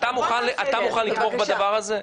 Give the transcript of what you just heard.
אתה מוכן לתמוך בדבר הזה?